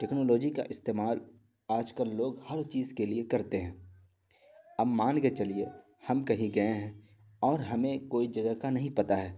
technology کا استعمال آج کل لوگ ہر چیز کے لیے کرتے ہیں اب مان کے چلیے ہم کہیں گئے ہیں اور ہمیں کوئی جگہ کا نہیں پتہ ہے